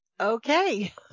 Okay